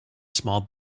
small